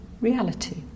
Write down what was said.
reality